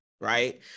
right